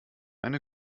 eine